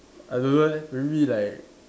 I don't know eh maybe like